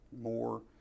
more